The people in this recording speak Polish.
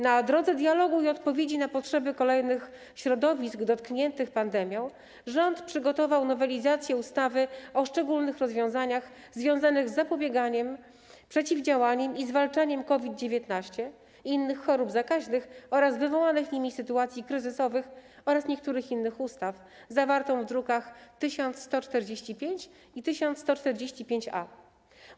Na drodze dialogu i w odpowiedzi na potrzeby kolejnych środowisk dotkniętych pandemią rząd przygotował nowelizację ustawy o szczególnych rozwiązaniach związanych z zapobieganiem, przeciwdziałaniem i zwalczaniem COVID-19 i innych chorób zakaźnych oraz wywołanych nimi sytuacji kryzysowych oraz niektórych innych ustaw, zawartą w drukach nr 1145 i 1145-A.